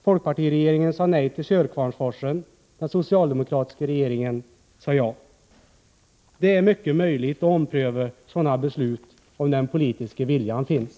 Folkpartiregeringen sade nej till Sörkvarnsforsen, den socialdemokratiska regeringen sade ja. Det är mycket möjligt att ompröva sådana beslut om den politiska viljan finns.